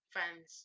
Friends